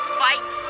fight